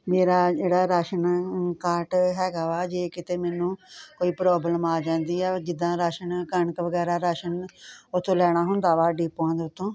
ਮੇਰਾ ਜਿਹੜਾ ration card ਹੈਗਾ ਵਾ ਜੇ ਕਿਤੇ ਮੈਨੂੰ ਕੋਈ ਪ੍ਰੋਬਲਮ ਆ ਜਾਂਦੀ ਆ ਜਿੱਦਾਂ ਰਾਸ਼ਨ ਕਣਕ ਵਗੈਰਾ ਰਾਸ਼ਨ ਉੱਥੋਂ ਲੈਣਾ ਹੁੰਦਾ ਵਾ ਡੀਪੂਆਂ ਦੇ ਉੱਤੋਂ